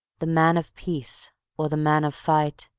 the man of peace or the man of fight?